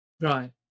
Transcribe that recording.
right